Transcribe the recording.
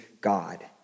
God